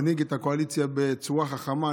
מנהיג את הקואליציה בצורה חכמה,